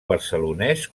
barcelonès